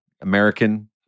American